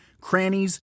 crannies